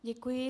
Děkuji.